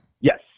Yes